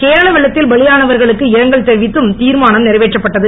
கேரள வெள்ளத்தில் பலியானவர்களுக்கு இரங்கல் தெரிவித்தும் தீர்மானம் நிறைவேற்றப்பட்டது